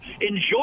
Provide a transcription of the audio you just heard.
enjoy